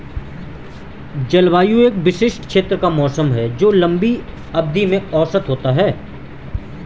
जलवायु एक विशिष्ट क्षेत्र का मौसम है जो लंबी अवधि में औसत होता है